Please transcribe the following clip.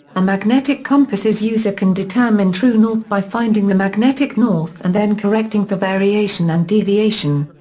a magnetic compass's user can determine true north by finding the magnetic north and then correcting for variation and deviation.